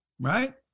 right